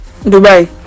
Dubai